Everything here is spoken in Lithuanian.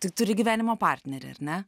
tai turi gyvenimo partnerį ar ne